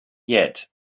yet